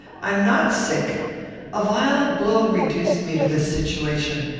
i am not sick a violent blow reduced me to this situation.